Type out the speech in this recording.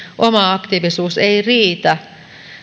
oma aktiivisuus ei riitä